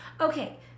Okay